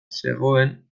zegoen